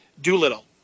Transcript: Doolittle